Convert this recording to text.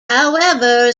however